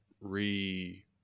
re